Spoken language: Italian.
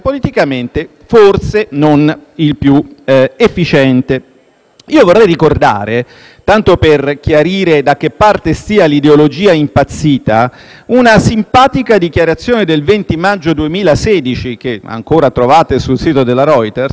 Io vorrei ricordare, tanto per chiarire da che parte stia l'ideologia impazzita, una simpatica dichiarazione del 20 maggio 2016, che ancora trovate sul sito della Reuters, quando Jean Claude Juncker si espresse così: